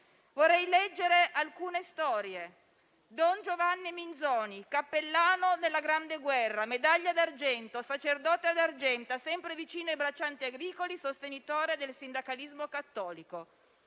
Vorrei leggere alcune storie: don Giovanni Minzoni, cappellano nella Grande guerra, medaglia d'argento, sacerdote ad Argenta, da sempre vicino ai braccianti agricoli, sostenitore del sindacalismo cattolico